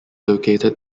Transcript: located